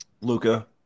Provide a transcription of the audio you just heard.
Luca